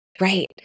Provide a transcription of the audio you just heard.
Right